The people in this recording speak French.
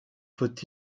faut